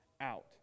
out